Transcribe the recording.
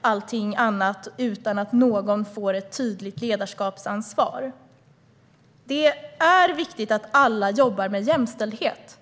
arbete i allt annat utan att någon får ett tydligt ledarskapsansvar. Det är viktigt att alla jobbar med jämställdhet.